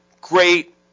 great